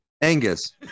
Angus